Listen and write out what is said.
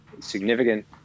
significant